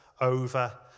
over